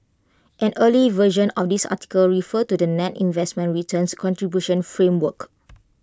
an earlier version of this article referred to the net investment returns contribution framework